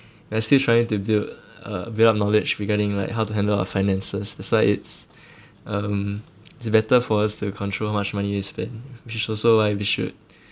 we are still trying to build uh build up knowledge regarding like how to handle our finances that's why it's um it's better for us to control how much money you spend which is also why we should